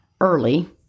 early